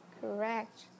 correct